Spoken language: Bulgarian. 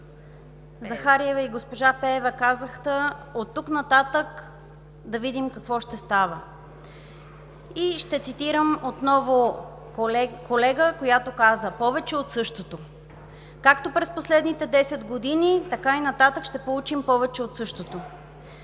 Захариева и госпожа Пеева казаха, оттук нататък да видим какво ще става. Ще цитирам отново колега, която каза: повече от същото. Както през последните 10 години, така и нататък ще получим повече от същото